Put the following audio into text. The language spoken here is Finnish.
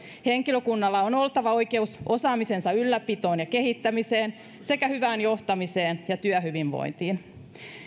henkilökunnalla on oltava oikeus osaamisensa ylläpitoon ja kehittämiseen sekä hyvään johtamiseen ja työhyvinvointiin